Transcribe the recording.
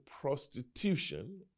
prostitution